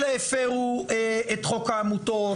אלה הפרו את חוק העמותות,